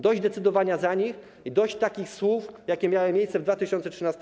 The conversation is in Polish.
Dość decydowania za nich i dość takich słów, jakie miały miejsce w 2013 r.